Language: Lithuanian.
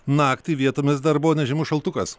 naktį vietomis dar buvo nežymus šaltukas